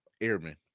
airman